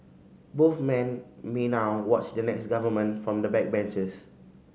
both men may now watch the next government from the backbenches